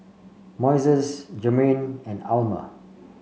Moises Germaine and Almer